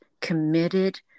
committed